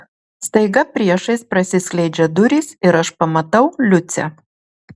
staiga priešais prasiskleidžia durys ir aš pamatau liucę